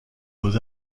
beaux